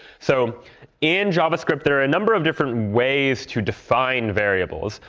so in javascript, there are a number of different ways to define variables,